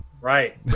Right